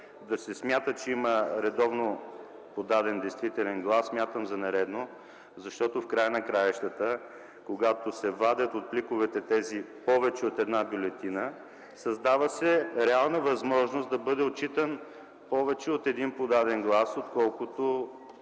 да се смята, че има редовно подаден действителен глас, аз смятам за нередно. В края на краищата, когато се вадят от пликовете тези повече от една бюлетина, се създава реална възможност да бъде отчитан повече от един подаден глас, отколкото